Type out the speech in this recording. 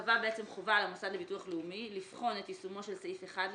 קבע חובה למוסד לביטוח לאומי לבחון את יישומו של סעיף 1 לחוק,